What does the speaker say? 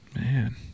Man